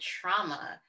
trauma